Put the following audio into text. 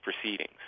proceedings